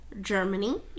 Germany